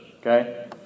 Okay